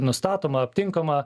nustatoma aptinkama